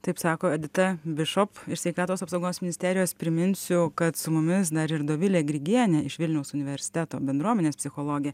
taip sako edita bišop iš sveikatos apsaugos ministerijos priminsiu kad su mumis dar ir dovilė grigienė iš vilniaus universiteto bendruomenės psichologė